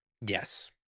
Yes